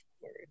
word